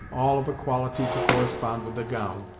all of a quality to correspond with the gown.